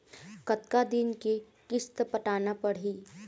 कतका दिन के किस्त पटाना पड़ही?